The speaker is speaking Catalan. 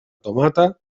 tomata